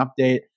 update